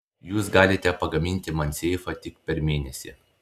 jūs galite pagaminti man seifą tik per mėnesį